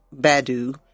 Badu